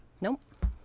Nope